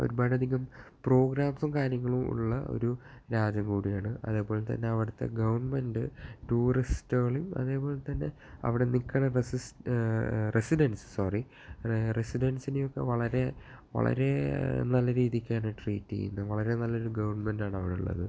ഒരുപാടധികം പ്രോഗ്രാംസും കാര്യങ്ങളും ഉള്ള ഒരു രാജ്യം കൂടിയാണ് അതേപോലെ തന്നെ അവിടുത്തെ ഗവണ്മെന്റ് ടൂറിസ്റ്റ്കളേയും അതേപോലെ തന്നെ അവിടെ നിൽക്കുന്ന റെസിസ് റെസിഡെന്സ് സോറി റെസിഡെന്സിനെയൊക്കെ വളരെ വളരെ നല്ല രീതിക്കാണ് ട്രീറ്റ് ചെയ്യുന്നത് വളരെ നല്ലൊരു ഗവണ്മെന്റ്റാണ് അവിടെയുള്ളത്